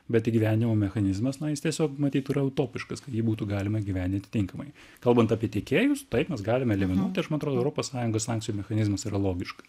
bet įgyvenimo mechanizmas na jis tiesiog matyt yra utopiškas kad jį būtų galima įgyvendinti tinkamai kalbant apie tiekėjus taip mes galime eliminuoti aš man atrodo europos sąjungos sankcijų mechanizmas yra logiškas